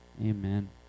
Amen